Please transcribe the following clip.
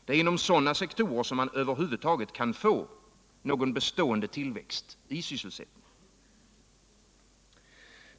Det är inom sådana sektorer som man över huvud taget kan få någon bestående ullväxt i sysselsättningen.